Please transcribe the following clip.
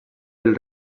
del